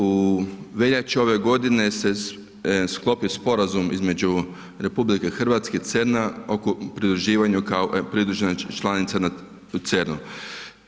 U veljači ove godine se sklopio sporazum između RH i CERN-a oko pridruživanja kao pridružena članica u CERN-u.